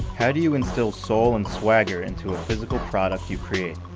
how do you instill soul and swagger into a physical product you create?